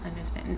understand